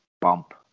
bump